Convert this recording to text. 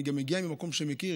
אני גם מגיע ממקום שמכיר,